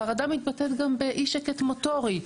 חרדה מתבטאת גם באי שקט מוטורי.